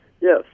Yes